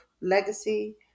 legacy